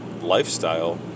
lifestyle